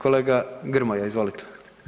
Kolega Grmoja, izvolite.